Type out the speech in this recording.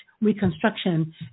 Reconstruction